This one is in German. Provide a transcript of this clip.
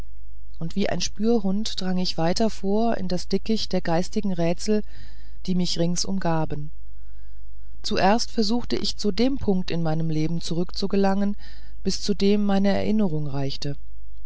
und wie ein spürhund drang ich weiter vor in das dickicht der geistigen rätsel die mich rings umgaben zuerst versuchte ich zu dem punkt in meinem leben zurückzugelangen bis zu dem meine erinnerung reichte